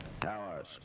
towers